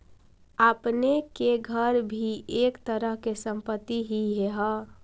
आपने के घर भी एक तरह के संपत्ति ही हेअ